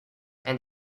and